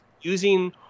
using